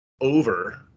over